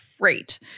great